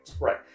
Right